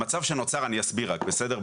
המצב שנוצר, אני אסביר רק, בסדר?